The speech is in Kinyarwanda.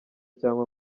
cyangwa